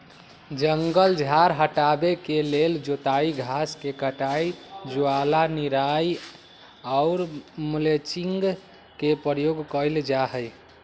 जङगल झार हटाबे के लेल जोताई, घास के कटाई, ज्वाला निराई आऽ मल्चिंग के प्रयोग कएल जाइ छइ